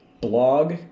blog